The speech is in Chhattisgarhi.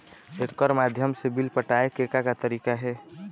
एकर माध्यम से बिल पटाए के का का तरीका हे?